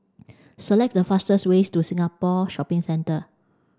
select the fastest ways to Singapore Shopping Centre